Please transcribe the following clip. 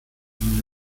ihnen